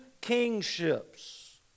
kingships